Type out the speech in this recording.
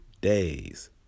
days